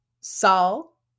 Saul